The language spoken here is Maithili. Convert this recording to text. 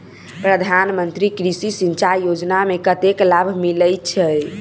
प्रधान मंत्री कृषि सिंचाई योजना मे कतेक लाभ मिलय छै?